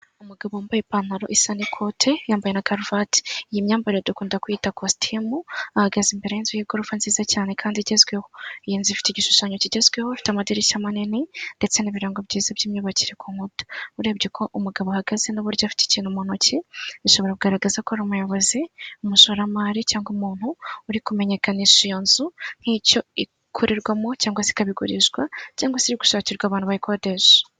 Umugabo wambaye ipantaro isa n'ikote, yambaye na karuvati. Iyi myambarire dukunda kwita kositimu, ahagaze imbere y'inzu y'igorofa nziza cyane kandi igezweho. Iyi nzu ifite igishushanyo kigezweho, ufite amadirishya manini ndetse n'ibirango byiza by'imyubakire ku nkuta. Urebye uko umugabo ahagaze n'uburyo afite ikintu mu ntoki, bishobora kugaragaza ko ari umuyobozi, umushoramari cyangwa umuntu, uri kumenyekanisha iyo nzu nk'icyo ikorerwamo cyangwa se ikaba igurishwa cyangwa se iri gushakirwa abantu bayikodesha.